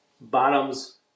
Bottoms